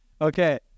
okay